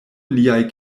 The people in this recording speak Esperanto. liaj